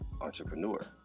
entrepreneur